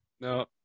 No